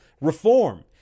reform